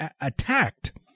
attacked